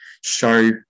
show